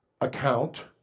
account